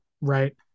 right